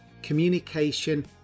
communication